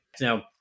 Now